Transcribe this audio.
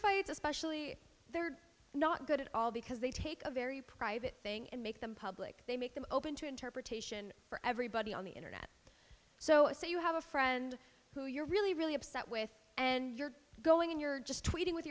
fights especially they're not good at all because they take a very private thing and make them public they make them open to interpretation for everybody on the internet so say you have a friend who you're really really upset with and you're going in you're just tweeting with